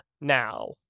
now